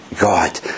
God